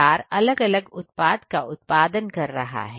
चार अलग अलग उत्पाद का उत्पादन कर रहा है